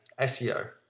SEO